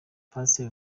pasiteri